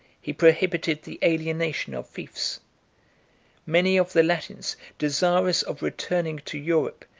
he prohibited the alienation of fiefs many of the latins, desirous of returning to europe,